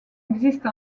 existe